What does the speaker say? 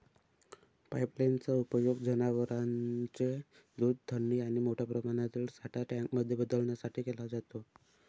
pipeline चा उपयोग जनवरांचे दूध थंडी आणि मोठ्या प्रमाणातील साठा टँक मध्ये बदलण्यासाठी केला जातो